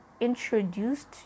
introduced